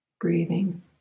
breathing